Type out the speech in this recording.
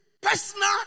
personal